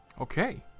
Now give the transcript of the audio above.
Okay